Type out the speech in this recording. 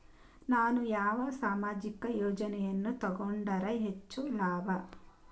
ನಾನು ಯಾವ ಸಾಮಾಜಿಕ ಯೋಜನೆಯನ್ನು ತಗೊಂಡರ ಹೆಚ್ಚು ಲಾಭ?